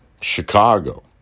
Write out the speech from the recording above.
Chicago